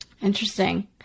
Interesting